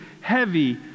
heavy